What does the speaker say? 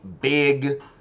big